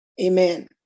amen